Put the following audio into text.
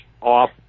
off